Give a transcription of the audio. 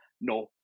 no